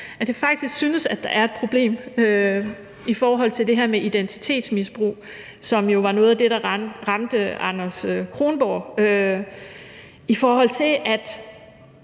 at jeg faktisk synes, at der er et problem i forhold til det her med identitetsmisbrug, som jo var noget af det, der ramte Anders Kronborg. I forhold til at